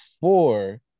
four